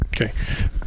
Okay